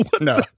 No